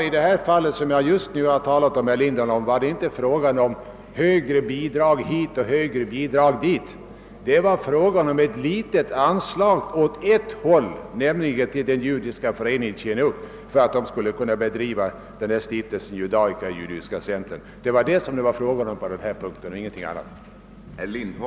I det fall jag just nu har talat om, herr Lindholm, var det inte fråga om högre bidrag hit och högre bidrag dit utan om ett litet anslag åt ett håll, nämligen till den judiska föreningen Cbhihuch för att den skulle kunna driva Stockholms Judiska Center. Det var vad det var fråga om under denna punkt.